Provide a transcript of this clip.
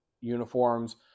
uniforms